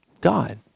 God